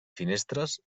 finestres